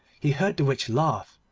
he heard the witch laugh,